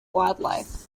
wildlife